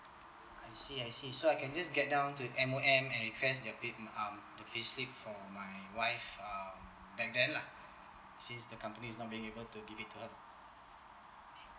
I see I see so I can just get down to M_O_M and request the pay um the payslip for my wife um back then lah since the company is not being able to give it to her